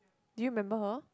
do you remember her